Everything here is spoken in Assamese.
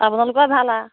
আপোনালোকৰে ভাল আৰু